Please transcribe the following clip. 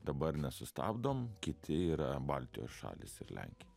dabar nesustabdom kiti yra baltijos šalys ir lenkija